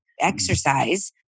exercise